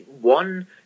one